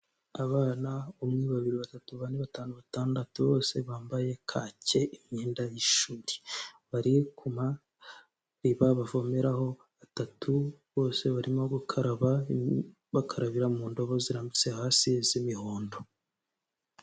Abana umwe, babiri, batatu, bane, batanu batandatu bose bambaye kake imyenda y'ishuri, bari kumariba bavomeraho batatu bose barimo gukaraba bakarabira mu ndobo zirambitse hasi z'imihondo.